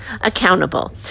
accountable